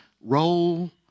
roll